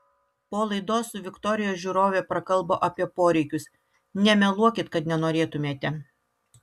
po laidos su viktorija žiūrovė prakalbo apie poreikius nemeluokit kad nenorėtumėte